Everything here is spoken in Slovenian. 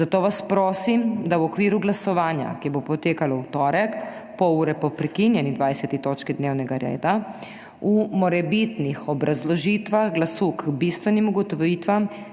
zato vas prosim, da v okviru glasovanja, ki bo potekalo v torek, pol ure po prekinjeni 20. točki dnevnega reda, v morebitnih obrazložitvah glasu k bistvenim ugotovitvam